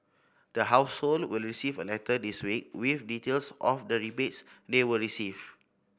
the household will receive a letter this week with details of the rebates they will receive